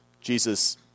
Jesus